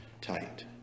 tight